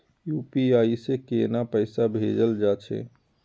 UPI से केना पैसा भेजल जा छे?